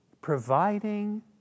providing